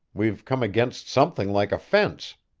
we've come against something like a fence.